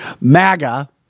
MAGA